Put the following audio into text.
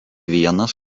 vienas